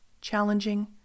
challenging